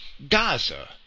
Gaza